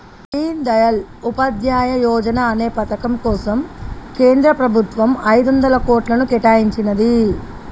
దీన్ దయాళ్ ఉపాధ్యాయ యోజనా అనే పథకం కోసం కేంద్ర ప్రభుత్వం ఐదొందల కోట్లను కేటాయించినాది